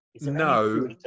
No